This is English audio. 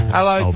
Hello